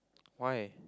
why